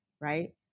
right